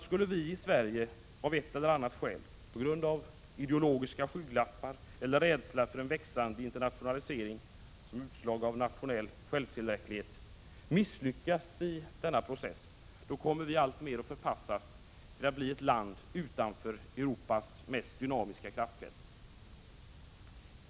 Skulle vi i Sverige av ett eller annat skäl, på grund av ideologiska skygglappar eller rädsla för en växande internationalisering som ett utslag av nationell självtillräcklighet, misslyckas i denna process, då kommer Sverige alltmer att förpassas till att bli ett land utanför Europas mest dynamiska kraftfält.